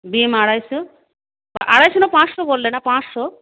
বিম আরাইশো আরাইশো না পাঁচশো বললেন পাঁচশো